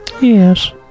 Yes